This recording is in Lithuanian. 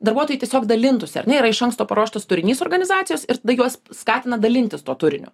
darbuotojai tiesiog dalintųsi ar ne yra iš anksto paruoštas turinys organizacijos ir tada juos skatina dalintis tuo turiniu